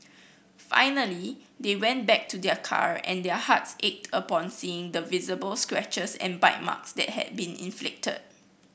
finally they went back to their car and their hearts ached upon seeing the visible scratches and bite marks that had been inflicted